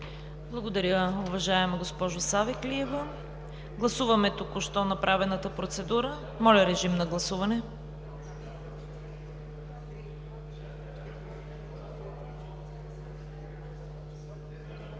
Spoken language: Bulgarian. Благодаря, уважаема госпожо Савеклиева. Гласуваме току-що направената процедура. Гласували